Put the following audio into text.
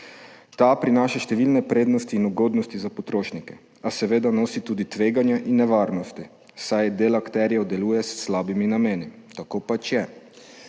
Ta prinaša številne prednosti in ugodnosti za potrošnike, a seveda nosi tudi tveganja in nevarnosti, saj del akterjev deluje s slabimi nameni. Tako pač je.